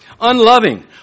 Unloving